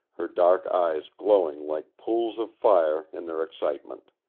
her dark eyes glowing like pools of fire in their excitement.